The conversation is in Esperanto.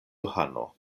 johano